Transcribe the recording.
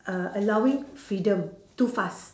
uh allowing freedom too fast